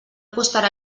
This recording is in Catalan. costarà